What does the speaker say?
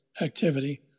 activity